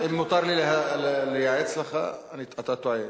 אם מותר לי לייעץ לך, אתה טועה.